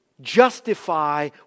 justify